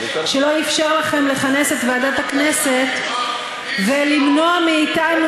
שלא אפשר לכם לכנס את ועדת הכנסת ולמנוע מאתנו